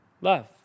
Love